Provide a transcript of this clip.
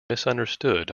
misunderstood